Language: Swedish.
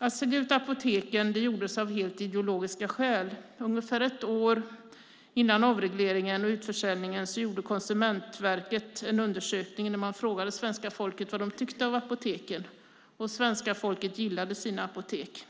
Utförsäljningen av apoteken gjordes av helt ideologiska skäl. Ungefär ett år före avregleringen och utförsäljningen gjorde Konsumentverket en undersökning där man frågade svenska folket vad de tyckte om apoteken. Svenska folket gillade sina apotek.